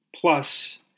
plus